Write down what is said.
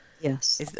yes